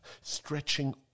stretching